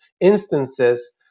instances